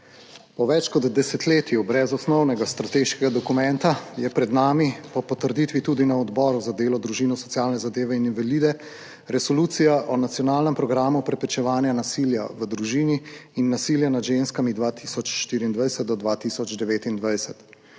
Po več kot desetletju brez osnovnega strateškega dokumenta je pred nami po potrditvi tudi na Odboru za delo, družino, socialne zadeve in invalide Resolucija o nacionalnem programu preprečevanja nasilja v družini in nasilja nad ženskami 2024–2029.